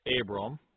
Abram